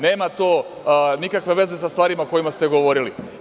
Nema to nikakve veze sa stvarima o kojima ste govorili.